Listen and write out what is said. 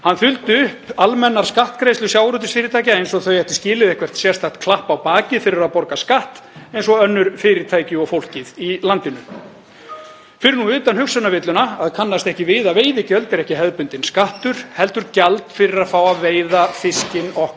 Fyrir nú utan hugsunarvilluna að kannast ekki við að veiðigjöld séu ekki hefðbundinn skattur heldur gjald fyrir að fá að veiða fiskinn okkar allra. Flækjustigið vegna mismunandi stærðar veltu og fjárhags fyrirtækja í sjávarútvegskerfinu virtist honum einnig yfirþyrmandi og jafnvel óyfirstíganlegt vandamál,